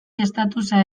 estatusa